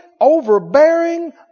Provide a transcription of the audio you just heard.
overbearing